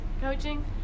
coaching